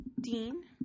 dean